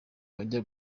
abajya